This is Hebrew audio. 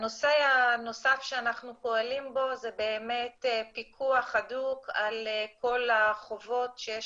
הנושא הנוסף שאנחנו פועלים בו זה באמת פיקוח הדוק על כל החובות שיש